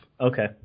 Okay